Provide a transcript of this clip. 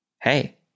Hey